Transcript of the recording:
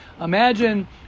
Imagine